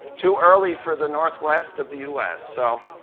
too early for the northwest of the u s, so.